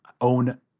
own –